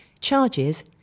charges